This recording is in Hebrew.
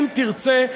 אם תרצה,